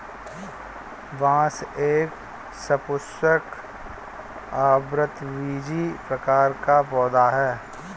बांस एक सपुष्पक, आवृतबीजी प्रकार का पौधा है